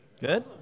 Good